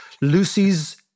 Lucy's